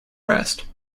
rest